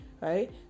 right